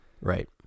Right